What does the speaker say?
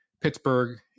Pittsburgh